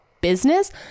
business